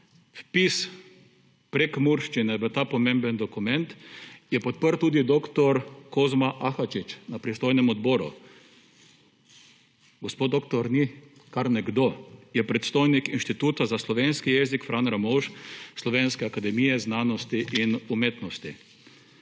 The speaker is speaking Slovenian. vpis prekmurščine v ta pomemben dokument je podprl tudi dr. Kozma Ahačič na pristojnem odboru. Gospod doktor ni kar nekdo, je predstojnik Inštituta za slovenski jezik Frana Ramovša Slovenske akademije znanosti in umetnosti.